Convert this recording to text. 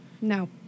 No